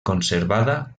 conservada